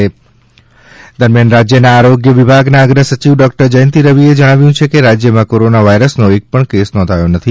corona Jayanti Ravi દરમિયાન રાજ્યના આરોગ્ય વિભાગના અગ્ર સચિવ ડોકટર જયંતિ રવિએ જણાવ્યું હતું કે રાજ્યમાં કોરોના વાયરસનો એક પણ કેસ નોંધાયો નથી